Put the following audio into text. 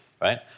right